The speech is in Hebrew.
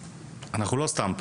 אנחנו לא סתם פה,